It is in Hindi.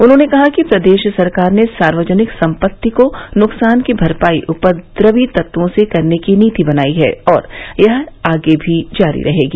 उन्होंने कहा कि प्रदेश सरकार ने सार्वजनिक संपत्ति के नुकसान की भरपाई उपद्रवी तत्वों से करने की नीति अपनायी है और यह आगे भी जारी रहेगी